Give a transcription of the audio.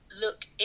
look